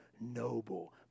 noble